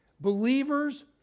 Believers